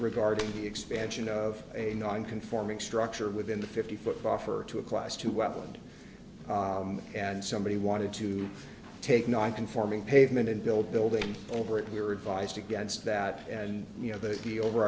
regarding the expansion of a non conforming structure within the fifty foot buffer to a class two well and and somebody wanted to take non conforming pavement and build a building over it we were advised against that and you know the